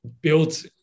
built